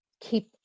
keep